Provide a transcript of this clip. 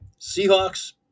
Seahawks